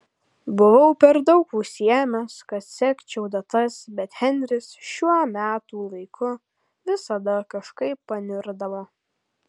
buvau per daug užsiėmęs kad sekčiau datas bet henris šiuo metų laiku visada kažkaip paniurdavo